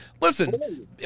Listen